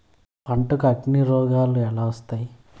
పంటకు అగ్గిరోగాలు ఎలా వస్తాయి?